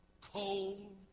cold